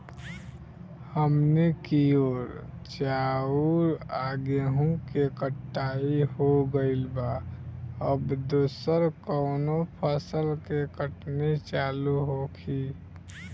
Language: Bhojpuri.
हमनी कियोर चाउर आ गेहूँ के कटाई हो गइल बा अब दोसर कउनो फसल के कटनी चालू होखि